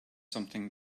something